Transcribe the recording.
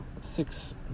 six